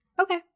okay